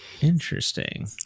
interesting